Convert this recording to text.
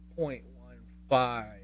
0.15